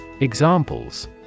Examples